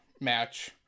match